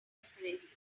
desperately